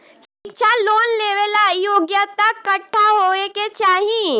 शिक्षा लोन लेवेला योग्यता कट्ठा होए के चाहीं?